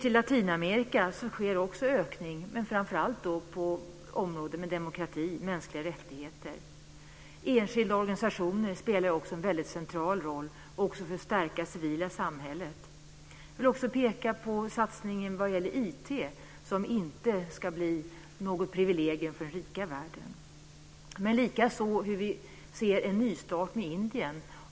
I Latinamerika sker det också en ökning, framför allt på områden som demokrati och mänskliga rättigheter. Enskilda organisationer spelar också en väldigt central roll, också för att stärka det civila samhället. Jag vill också peka på satsningen vad gäller IT, som inte ska bli något privilegium för den rika världen. Likaså ser vi en nystart i Indien.